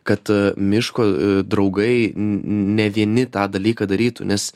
kad miško draugai ne vieni tą dalyką darytų nes